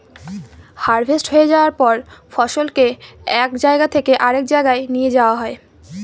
harvest হয়ে যায়ার পর ফসলকে এক জায়গা থেকে আরেক জাগায় নিয়ে যাওয়া হয়